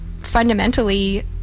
fundamentally